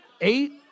eight